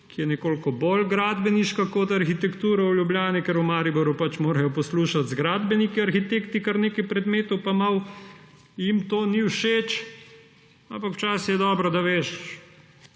ki je nekoliko bolj gradbeniška kot arhitektura v Ljubljani, ker v Mariboru pač morajo arhitekti poslušati skupaj z gradbeniki kar nekaj predmetov. Malo jim to ni všeč, ampak včasih je dobro, da veš,